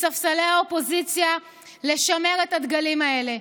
מספסלי האופוזיציה לשמר את הדגלים האלה.